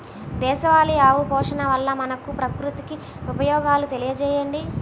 దేశవాళీ ఆవు పోషణ వల్ల మనకు, ప్రకృతికి ఉపయోగాలు తెలియచేయండి?